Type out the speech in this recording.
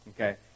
Okay